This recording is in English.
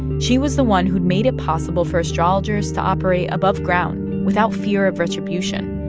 she was the one who'd made it possible for astrologers to operate above ground without fear of retribution.